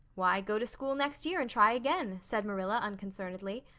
why, go to school next year and try again, said marilla unconcernedly.